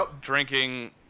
drinking